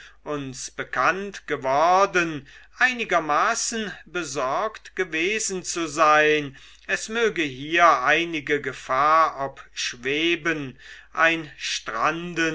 uns bekannt geworden einigermaßen besorgt gewesen zu sein es möge hier einige gefahr obschweben ein